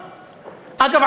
אגב,